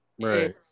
Right